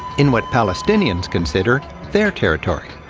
in what palestinians consider their territory.